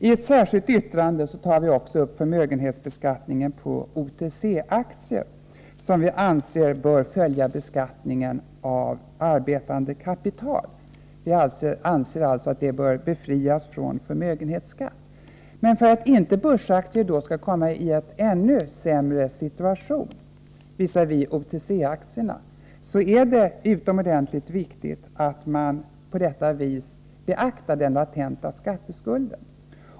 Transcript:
I ett särskilt yttrande tar vi upp förmögenhetsbeskattningen av OTC aktier, som vi anser bör följa beskattningen av arbetande kapital. Vi anser alltså att de bör befrias från förmögenhetsskatt. Men för att börsaktier då inte skall komma i en ännu sämre situation visavi OTC-aktierna är det utomordentligt viktigt att man på detta vis beaktar den latenta skatteskulden.